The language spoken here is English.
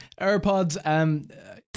AirPods